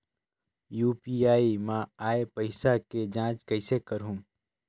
UPI मा आय पइसा के जांच कइसे करहूं?